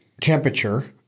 temperature